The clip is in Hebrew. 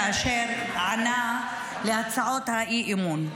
כאשר ענה על הצעות האי-אמון.